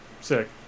sick